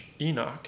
Enoch